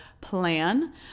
plan